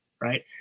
Right